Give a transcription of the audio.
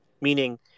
meaning